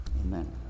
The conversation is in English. Amen